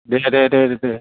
दे दे दे दे